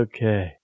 Okay